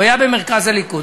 הוא היה במרכז הליכוד.